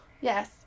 Yes